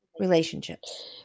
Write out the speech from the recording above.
relationships